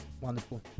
Wonderful